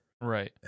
Right